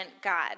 God